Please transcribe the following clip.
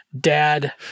dad